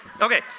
okay